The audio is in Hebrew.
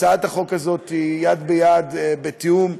הצעת החוק הזאת היא יד ביד, בתיאום,